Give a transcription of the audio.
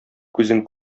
күзең